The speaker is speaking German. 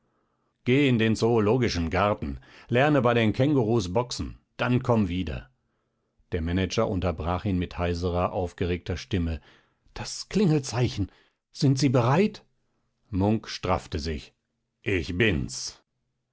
geh in den zoologischen garten lerne bei den känguruhs boxen dann komm wieder der manager unterbrach ihn mit heiserer aufgeregter stimme das klingelzeichen sind sie bereit munk straffte sich ich bin's